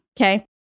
Okay